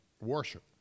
worship